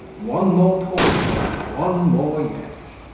one more pull, and one more yet